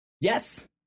Yes